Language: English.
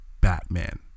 Batman